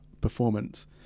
performance